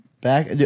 back